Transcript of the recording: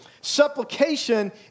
Supplication